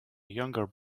younger